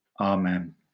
Amen